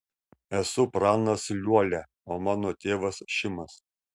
esu pranas liuolia o mano tėvas šimas